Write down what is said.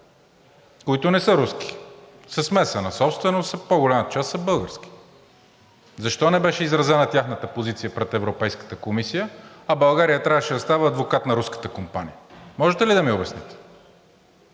които не са руски – със смесена собственост, по-голямата част са български. Защо не беше изразена тяхната позиция пред Европейската комисия, а България трябваше да става адвокат на руската компания? Можете ли да ми обясните?